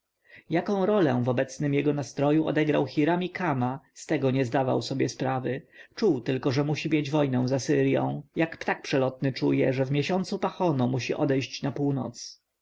rolę w obecnym jego nastroju odegrał hiram i kama z tego nie zdawał sobie sprawy czuł tylko że musi mieć wojnę z asyrją jak ptak przelotny czuje że w miesiącu pachono musi odejść na północ